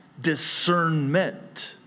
discernment